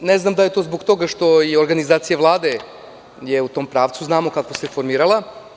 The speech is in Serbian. Ne znam da li je to zbog toga što je i organizacija Vlade u tom pravcu jer znamo kako se formirala.